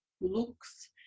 looks